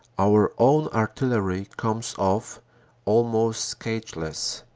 our own artillery comes off almost scatheless,